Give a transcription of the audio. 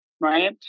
right